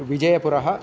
विजयपुरः